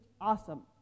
awesome